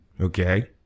okay